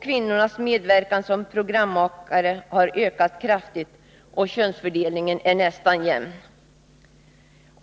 Kvinnornas medverkan som programmakare har ökat kraftigt, och könsfördelningen är nästan jämn.